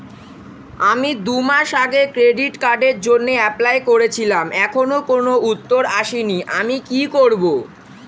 আমি দুমাস আগে ক্রেডিট কার্ডের জন্যে এপ্লাই করেছিলাম এখনো কোনো উত্তর আসেনি আমি কি করব?